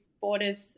borders